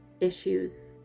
issues